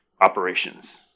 operations